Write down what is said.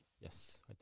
Yes